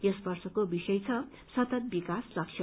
यस वर्षको विषय छ सतत विकास लक्ष्य